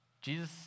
Jesus